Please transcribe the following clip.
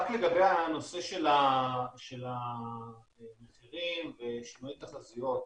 רק לגבי הנושא של המחירים ושינויי תחזיות.